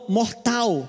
mortal